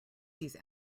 these